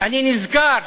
אני נזכר